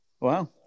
Wow